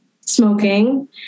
smoking